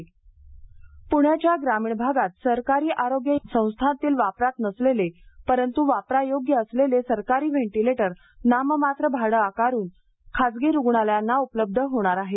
पणे ग्रामीण व्हेंटिलेटर प्ण्याच्या ग्रामीण भागात सरकारी आरोग्य संस्थातील वापरात नसलेले परंतू वापरण्यायोग्य असलेले सरकारी व्हेंटिलेटर नाममात्र भाडं आकारून खासगी रूग्णालयांना उपलब्ध होणार आहेत